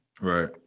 Right